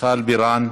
מיכל בירן.